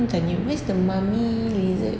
then you missed the mummy lizard